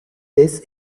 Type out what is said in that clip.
this